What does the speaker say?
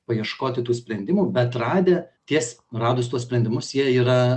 paieškoti tų sprendimų bet radę ties radus tuos sprendimus jie yra